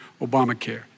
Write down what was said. Obamacare